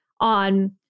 on